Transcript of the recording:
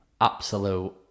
absolute